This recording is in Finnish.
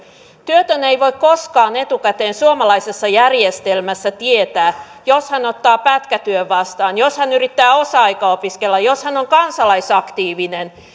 työtön ei voi koskaan etukäteen suomalaisessa järjestelmässä tietää jos hän ottaa pätkätyön vastaan jos hän yrittää osa aikaopiskella jos hän on kansalaisaktiivinen